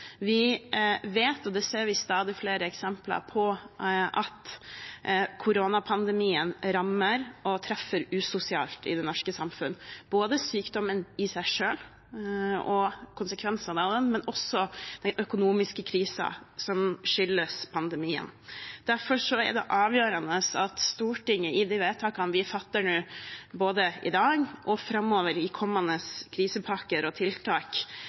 Vi vet – og det ser vi stadig flere eksempler på – at koronapandemien rammer og treffer usosialt i det norske samfunn, både sykdommen i seg selv og konsekvensene av den og også den økonomiske krisen som skyldes pandemien. Derfor er det avgjørende at Stortinget i de vedtakene vi fatter nå, både i dag og framover, i kommende krisepakker og tiltak,